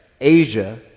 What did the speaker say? Asia